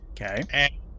Okay